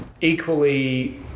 equally